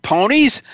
Ponies